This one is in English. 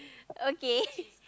okay